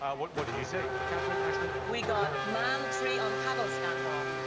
ah what what did you see? katherine, aisling? we got man three on paddle scandal.